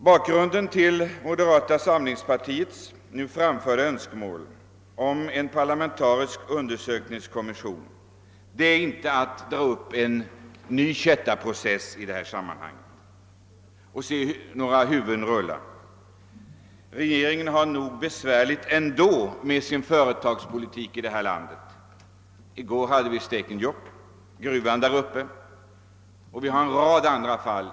Bakgrunden till moderata samlingspartiets nu framförda önskemål om en parlamentarisk undersökningskommission är inte att dra upp en ny kättarprocess i detta sammanhang och se några huvuden rulla. Regeringen har nog besvärligt ändå med sin företagspolitik i det här landet. I går diskuterade vi gruvan i Stekenjokk, och man kan peka på en mängd andra fall.